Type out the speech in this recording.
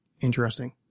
interesting